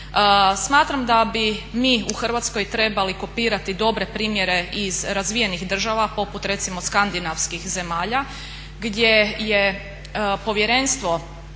Smatram da bi mi u Hrvatskoj trebali kopirati dobre primjere iz razvijenih država poput recimo skandinavskih zemalja, gdje je Povjerenstvo